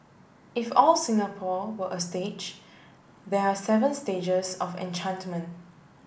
if all Singapore were a stage there are seven stages of enchantment